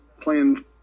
playing